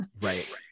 right